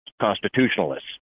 constitutionalists